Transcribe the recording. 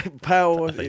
Power